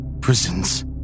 prisons